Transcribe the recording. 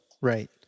Right